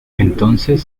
entonces